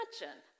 imagine